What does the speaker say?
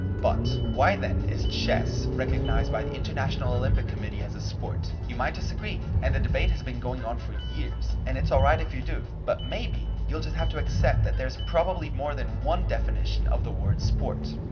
but. why then, is chess recognized by the international olympic committee as a sport? you might disagree and the debate has been going on for years, and it's alright if you do, but maybe, you'll just have to accept that there's probably more than one definition of the word sport.